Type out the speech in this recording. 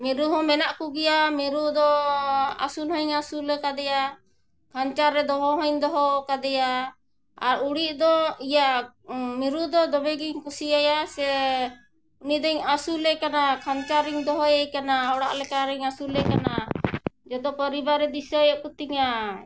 ᱢᱤᱨᱩ ᱦᱚᱸ ᱢᱮᱱᱟᱜ ᱠᱚᱜᱮᱭᱟ ᱢᱤᱨᱩ ᱫᱚ ᱟᱹᱥᱩᱞ ᱦᱚᱧ ᱟᱹᱥᱩᱞ ᱟᱠᱟᱫᱮᱭᱟ ᱠᱷᱟᱱᱪᱟᱨᱮ ᱫᱚᱦᱚ ᱦᱚᱧ ᱫᱚᱦᱚ ᱟᱠᱟᱫᱮᱭᱟ ᱟᱨ ᱩᱲᱤᱡ ᱫᱚ ᱤᱭᱟᱹ ᱢᱤᱨᱩ ᱫᱚ ᱫᱚᱢᱮᱜᱤᱧ ᱠᱩᱥᱤᱭᱟᱭᱟ ᱥᱮ ᱩᱱᱤ ᱫᱚᱧ ᱟᱹᱥᱩᱞᱮ ᱠᱟᱱᱟ ᱠᱷᱟᱱᱪᱟᱨᱤᱧ ᱫᱚᱦᱚᱭᱮ ᱠᱟᱱᱟ ᱚᱲᱟᱜ ᱞᱮᱠᱟ ᱨᱤᱧ ᱟᱹᱥᱩᱞᱮ ᱠᱟᱱᱟ ᱡᱚᱛᱚ ᱯᱚᱨᱤᱵᱟᱨᱮ ᱫᱤᱥᱟᱹᱭᱮᱜ ᱠᱚᱛᱤᱧᱟ